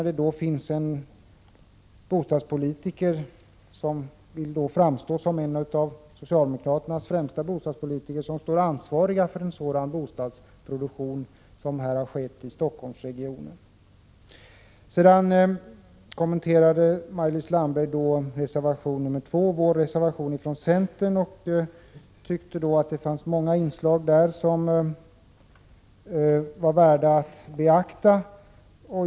Det är ju en av socialdemokraternas främsta bostadpolitiker som står ansvarig för den bostadsproduktion som den man har haft i Stockholmsregionen. Sedan kommenterade Maj-Lis Landberg reservation nr 2, dvs. centerns reservation, och tyckte att det fanns många inslag där som var värda att beakta.